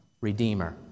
Redeemer